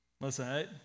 Listen